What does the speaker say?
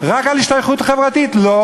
על מקום מגורים הוסיפו חוק,